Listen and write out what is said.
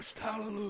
Hallelujah